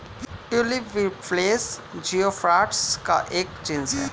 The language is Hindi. ट्यूलिप बल्बिफेरस जियोफाइट्स का एक जीनस है